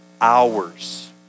hours